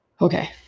Okay